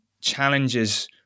challenges